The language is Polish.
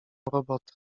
robotę